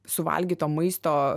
suvalgyto maisto